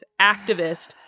activist